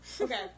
Okay